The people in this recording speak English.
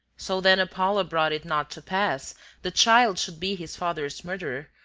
so then apollo brought it not to pass the child should be his father's murderer,